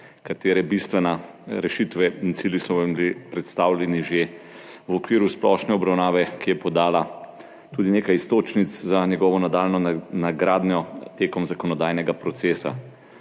katerega bistvene rešitve in cilji so vam bili predstavljeni že v okviru splošne obravnave, ki je podala tudi nekaj iztočnic za njegovo nadaljnjo nadgradnjo v zakonodajnem procesu.